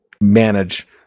manage